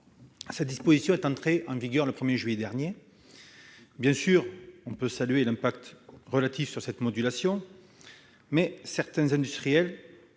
Cette disposition est entrée en vigueur le 1 juillet 2018. On peut saluer l'impact relatif d'une telle modulation, mais certains industriels